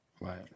Right